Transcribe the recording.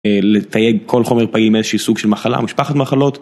לתייג כל חומר פעיל באיזשהי סוג של מחלה, משפחת מחלות.